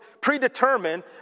predetermined